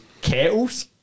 kettles